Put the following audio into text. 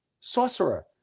Sorcerer